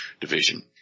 division